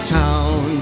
town